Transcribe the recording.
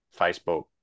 Facebook